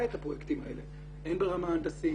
את הפרויקטים האלה הן ברמה הנדסית,